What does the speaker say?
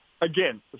again